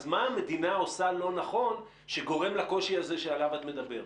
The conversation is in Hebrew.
מה המדינה עושה לא נכון שגורם לקושי שעליו את מדברת.